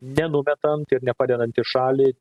nenumetant ir nepadedant į šalį